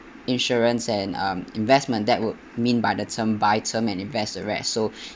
insurance and um investment that would mean by the term buy term and invest the rest so